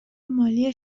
مالی